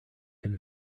can